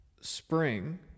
spring